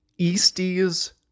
Eastie's